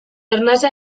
arnasa